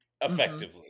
effectively